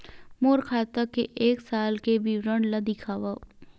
मोर खाता के एक साल के विवरण ल दिखाव?